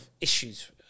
issues